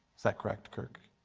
is that correct kirk?